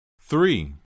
Three